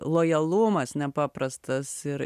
lojalumas nepaprastas ir